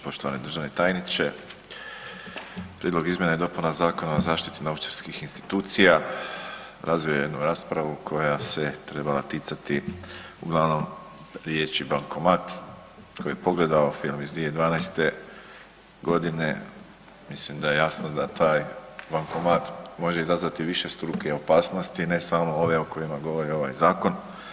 Poštovani državni tajniče, Prijedlog izmjena i dopuna Zakona o zaštiti novčarskih institucija razvio je jednu raspravu koja se trebala ticati uglavnom riječi bankomat, tko je pogledao film iz 2012.-te godine mislim da je jasno da taj bankomat može izazvati višestruke opasnosti, ne samo ove o kojima govori ovaj zakon.